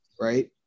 right